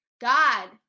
God